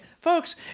Folks